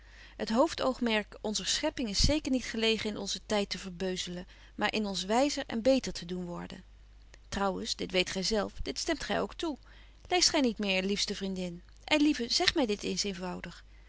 het hoofdoogmerk onzer schepping is zeker niet gelegen in onzen tyd te verbeuzelen maar in ons wyzer en beter te doen worden trouwens dit weet gy zelf dit stemt gy ook toe leest gy niet meer liefste vriendin ei lieve zeg my dit eens eenvoudig